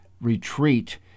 retreat